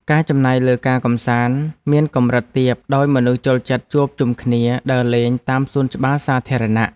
ការចំណាយលើការកម្សាន្តមានកម្រិតទាបដោយមនុស្សចូលចិត្តជួបជុំគ្នាដើរលេងតាមសួនច្បារសាធារណៈ។